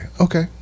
Okay